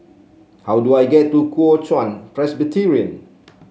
how do I get to Kuo Chuan Presbyterian